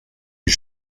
ils